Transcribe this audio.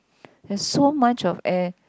there's so much of air